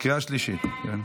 חוק טיפול בחולי נפש (תיקון